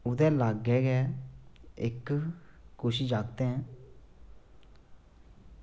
ओह्दे लागै गै इक्क कुछ जागत ऐं